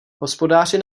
hospodáři